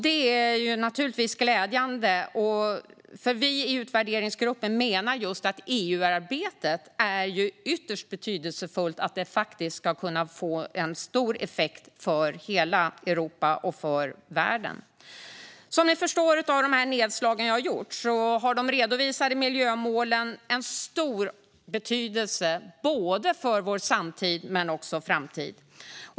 Det är givetvis glädjande, för utvärderingsgruppen menar att EU-arbetet är betydelsefullt för att effekten ska bli stor i Europa och världen. Som ni förstår av de nedslag jag gjort har de redovisade miljömålen stor betydelse för både vår samtid och framtid.